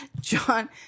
John